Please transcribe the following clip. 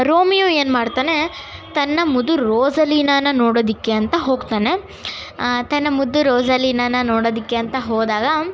Romeo ಏನು ಮಾಡ್ತಾನೆ ತನ್ನ ಮುದ್ದು ರೋಸಲೀನನ ನೋಡೋದಕ್ಕೆ ಅಂತ ಹೋಗ್ತಾನೆ ತನ್ನ ಮುದ್ದು ರೋಸಲೀನನ ನೋಡೋದಕ್ಕೆ ಅಂತ ಹೋದಾಗ